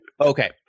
Okay